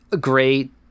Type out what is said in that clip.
great